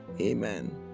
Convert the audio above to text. amen